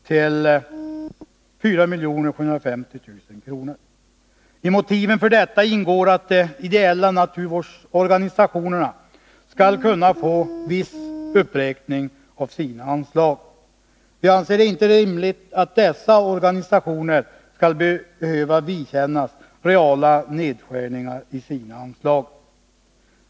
till 4750 000 kr. I motiven för detta ingår att de ideella naturvårdsorganisationerna skall kunna få viss uppräkning av sina anslag. Vi anser det inte rimligt att dessa organisationer skall behöva vidkännas reala nedskärningar i sina anslag.